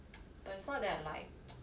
but it's not that like